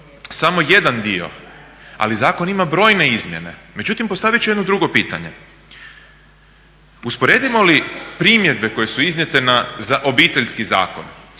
samo jedan dio, ali zakon ima brojne izmjene. Međutim, postavit ću jedno drugo pitanje. Usporedimo li primjedbe koje su iznijete na Obiteljski zakon